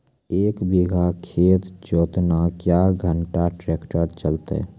एक बीघा खेत जोतना क्या घंटा ट्रैक्टर चलते?